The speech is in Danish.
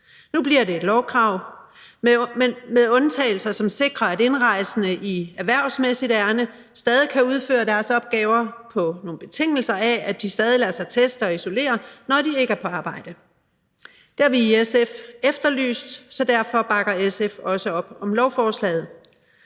Nu bliver det et lovkrav, men med undtagelser, som sikrer, at indrejsende i erhvervsmæssigt ærinde stadig kan udføre deres opgaver, på betingelse af at de stadig lader sig teste og isolere, når de ikke er på arbejde. Det har vi i SF efterlyst, så derfor bakker SF også op om lovforslaget.